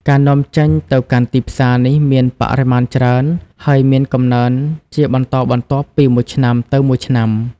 ការនាំចេញទៅកាន់ទីផ្សារនេះមានបរិមាណច្រើន ហើយមានកំណើនជាបន្តបន្ទាប់ពីមួយឆ្នាំទៅមួយឆ្នាំ។